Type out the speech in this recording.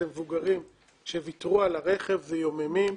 אלה מבוגרים שוויתרו על הרכב ויוממים.